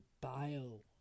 bio